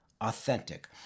authentic